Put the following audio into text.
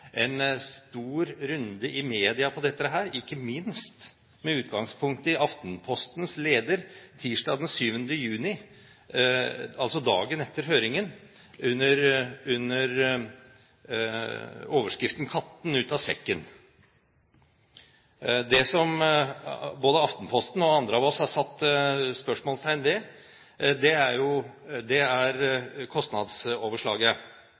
en stor runde i media om dette, ikke minst med utgangspunkt i Aftenpostens leder tirsdag den 7. juni, altså dagen etter høringen, under overskriften «Katten ut av sekken». Det som både Aftenposten og andre av oss har satt spørsmålstegn ved, er